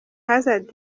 hazard